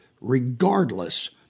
regardless